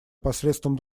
посредством